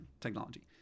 technology